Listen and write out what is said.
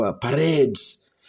parades